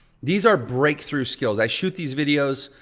these are breakthrough skills. i shoot these videos,